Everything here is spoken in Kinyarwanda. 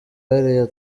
hariya